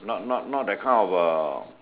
not not not that kind of uh